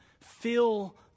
fill